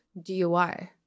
DUI